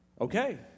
Okay